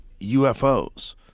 UFOs